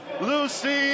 Lucy